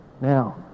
Now